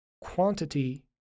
Quantity